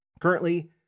Currently